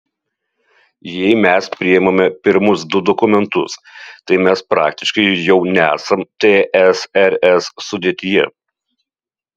jei mes priimame pirmus du dokumentus tai mes praktiškai jau nesam tsrs sudėtyje